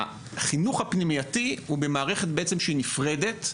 החינוך הפנימייתי הוא מערכת נפרדת.